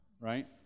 right